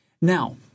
Now